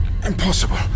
Impossible